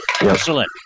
Excellent